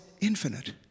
infinite